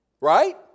right